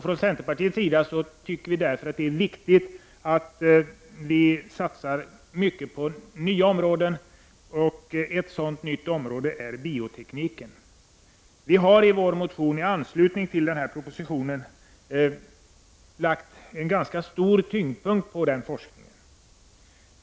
Från centerpartiets sida tycker vi därför att det är viktigt att det satsas mycket på nya områden, och ett sådant nytt område är biotekniken. Vi har i vår motion i anslutning till propositionen lagt stor tyngd vid den forskningen.